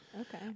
Okay